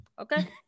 Okay